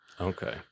Okay